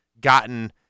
gotten